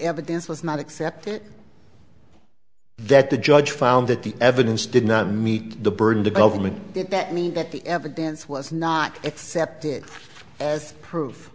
evidence was not accepted that the judge found that the evidence did not meet the burden the government did that mean that the evidence was not accepted as proof